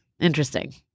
Interesting